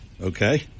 okay